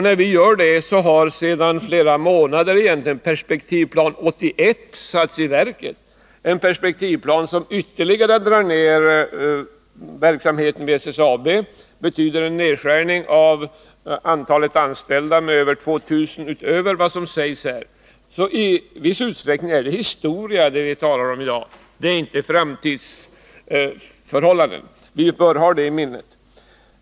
När vi gör det har sedan flera månader Perspektivplan 1981 satts i verket — en perspektivplan som betyder att man ytterligare drar ned verksamheten vid SSAB, som betyder en nedskärning av antalet anställda med över 2 000 utöver vad som sägs i betänkandet. I viss utsträckning är det alltså historia vi talar om i dag, inte framtida förhållanden. Vi bör ha det i minnet.